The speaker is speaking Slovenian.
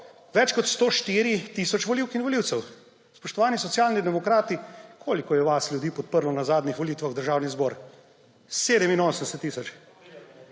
več kot 104 tisoč volivk in volivcev. Spoštovani Socialni demokrati, koliko je vas ljudi podprlo na zadnjih volitvah v Državni zbor? 87 tisoč.